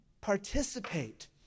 participate